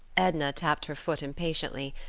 edna tapped her foot impatiently,